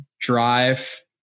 Drive